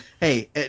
Hey